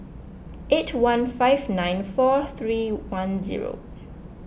eight one five nine four three one zero